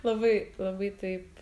labai labai taip